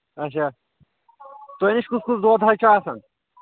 اچھا تۄہہِ نِش کُس کُس دۄد حظ چھُ آسان